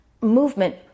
movement